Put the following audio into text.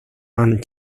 and